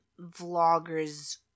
vloggers